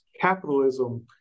capitalism